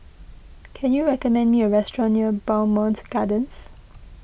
can you recommend me a restaurant near Bowmont Gardens